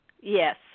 Yes